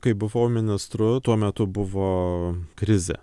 kai buvau ministru tuo metu buvo krizė